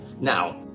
now